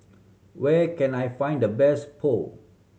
where can I find the best Pho